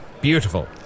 Beautiful